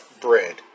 bread